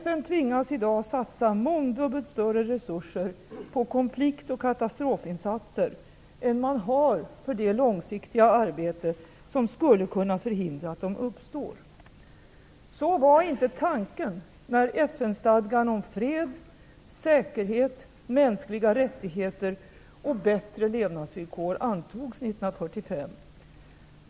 FN tvingas i dag att satsa mångdubbelt större resurser på konflikt och katastrofinsatser än man har för det långsiktiga arbete, som skulle kunna förhindra att de uppstår. Så var inte tanken när FN-stadgan om fred, säkerhet, mänskliga rättigheter och bättre levnadsvillkor antogs 1945.